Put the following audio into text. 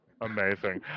Amazing